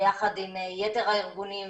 ביחד עם יתר הארגונים,